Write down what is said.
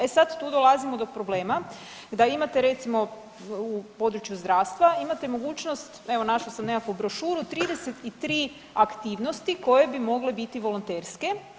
E sad tu dolazimo do problema da imate recimo u području zdravstva imate mogućnost, evo našla sam nekakvu brošuru, 33 aktivnosti koje bi mogle biti volonterske.